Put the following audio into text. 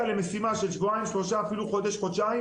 למשימה של שבועיים-שלושה או אפילו לחודש-חודשיים.